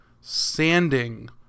sanding